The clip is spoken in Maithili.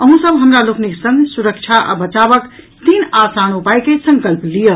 अहूँ सब हमरा लोकनिक संग सुरक्षा आ बचावक तीन आसान उपायक संकल्प लियऽ